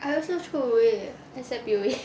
I also throw away already leh except P_O_A